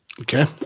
Okay